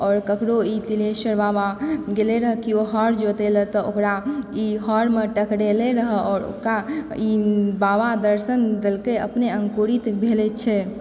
आओर ककरो ई तिलेश्वर बाबा गेलै रहऽ केओ हर जोतै लए तऽ ओकरा ई हरमे टकरेले रहय आओर ओकरा ई बाबा दर्शन दलकै अपने अङ्कुरित भेलै छै